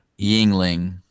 Yingling